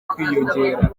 kwiyongera